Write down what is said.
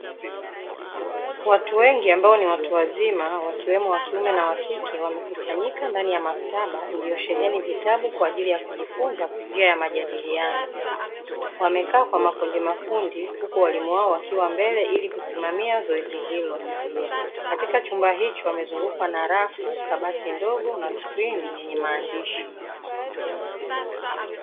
Watu wengi ambao ni watu wazima, wakiwemo wakiume na wakike, wamekusanyika ndani ya maktaba iliyosheheni vitabu kwa ajili ya kujifunza kwa njia ya majadiliano. Wamekaa kwa makundi makundi huku walimu wao wakiwa mbele ili kusimamia zoezi hilo. Katika chumba hicho wamezungukwa na rafu, kabati ndogo na skrini yenye maandishi.